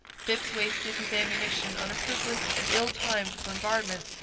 phips wasted his ammunition on a fruitless and ill-timed bombardment,